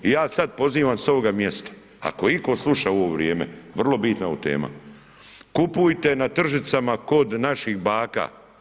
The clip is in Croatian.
Ja sad pozivam s ovoga mjesta ako itko sluša u ovo vrijeme, vrlo bitna je ovo tema, kupujte na tržnicama kod naših baka.